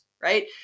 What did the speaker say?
right